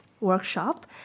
workshop